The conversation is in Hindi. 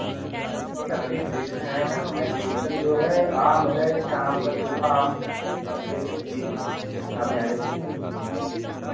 लकड़ी खरीदना है मैम हमें शीशम जो है आम है जैसे आम का सूखा आम ये सब चीज़ काम में आ जाते हैं हमारे